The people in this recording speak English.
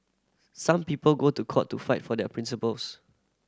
some people go to court to fight for their principles